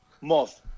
Moth